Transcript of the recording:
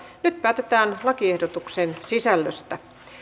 nyt päätetään lakiehdotuksen sisällöstä